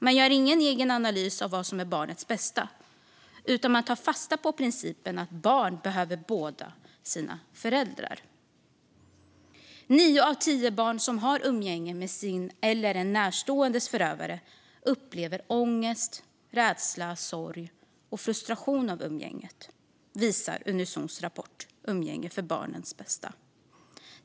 Man gör ingen egen analys av vad som är barnets bästa, utan man tar fasta på principen att barn behöver båda sina föräldrar. Nio av tio barn som har umgänge med sin eller en närståendes förövare upplever ångest, rädsla, sorg och frustration över umgänget, visar Unizons rapport Umgänge - för barnets bästa?